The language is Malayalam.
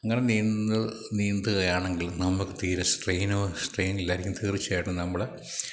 നിങ്ങൾ നീന്ത് നീന്തുകയാണെങ്കിൽ നമുക്ക് തീരെ സ്ട്രെയിനോ സ്ട്രെയിനില്ലായിരിക്കും തീർച്ചയായിട്ടും നമ്മുടെ